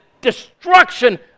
destruction